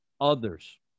others